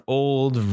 old